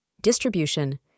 Distribution